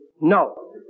No